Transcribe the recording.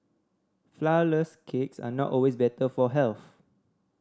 flourless cakes are not always better for health